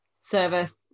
service